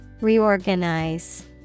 Reorganize